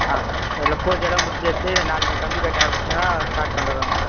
ஆ இல்லை பூஜைலான் முடிஞ்சாச்சு நாளைக்கு கம்மி கட்ட ஆரம்பிச்சோனா ஸ்டார்ட் பண்ணுறது